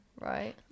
right